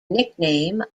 nickname